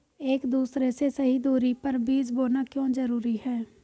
एक दूसरे से सही दूरी पर बीज बोना क्यों जरूरी है?